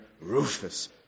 Rufus